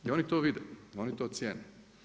I oni to vide, oni to cijene.